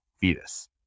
fetus